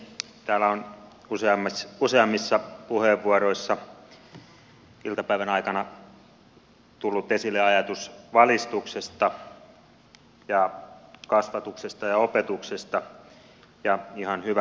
täällä on useammissa puheenvuoroissa iltapäivän aikana tullut esille ajatus valistuksesta ja kasvatuksesta ja opetuksesta ja ihan hyvä